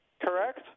Correct